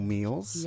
Meals